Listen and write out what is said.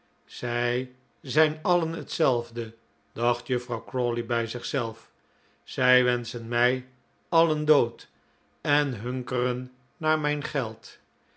zij zijn alien hetzelfde dacht juffrouw crawley bij zichzelf zij wenschen mij alien dood en hunkeren naar mijn geld